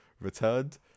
returned